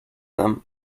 them